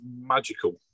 magical